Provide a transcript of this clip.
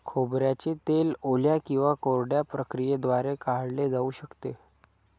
खोबऱ्याचे तेल ओल्या किंवा कोरड्या प्रक्रियेद्वारे काढले जाऊ शकते